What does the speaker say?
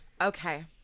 Okay